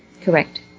Correct